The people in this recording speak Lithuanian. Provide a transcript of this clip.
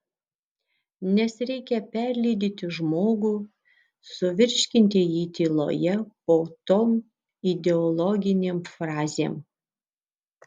nes reikia perlydyti žmogų suvirškinti jį tyloje po tom ideologinėm frazėm